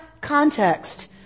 context